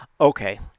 Okay